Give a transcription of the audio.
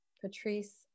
Patrice